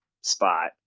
spot